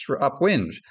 upwind